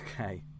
Okay